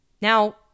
Now